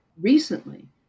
recently